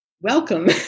Welcome